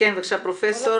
בבקשה, פרופ'